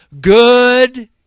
good